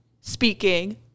speaking